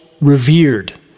revered